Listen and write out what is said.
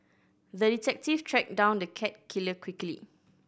the detective tracked down the cat killer quickly